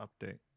update